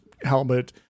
helmet